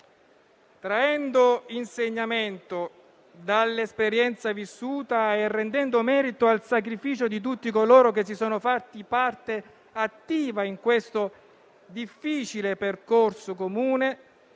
Traendo insegnamento dall'esperienza vissuta e rendendo merito al sacrificio di tutti coloro che si sono fatti parte attiva in questo difficile percorso comune,